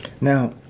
Now